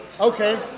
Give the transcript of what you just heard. okay